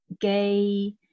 gay